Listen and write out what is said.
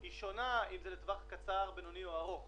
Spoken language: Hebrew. היא שונה לטווח קצר, בינוני וארוך.